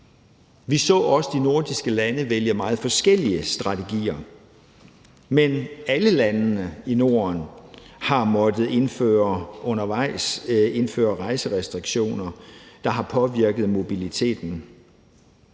Vi så også de nordiske lande vælge meget forskellige strategier, men alle lande i Norden har undervejs måttet indføre rejserestriktioner, der har påvirket mobiliteten.